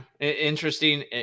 interesting